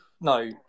No